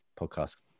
podcast